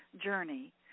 journey